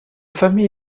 famille